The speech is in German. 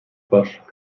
quatsch